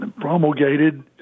promulgated